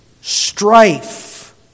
Strife